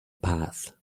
path